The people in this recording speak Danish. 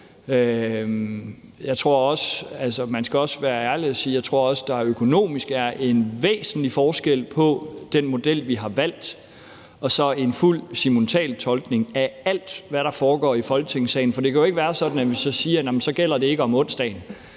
man skal være ærlig og sige, at der økonomisk er en væsentlig forskel på den model, vi har valgt, og så en model med fuld simultantolkning af alt, hvad der foregår i Folketingssalen.For det kan jo ikke være sådan, at vi så siger at det ikke gælder om onsdagen,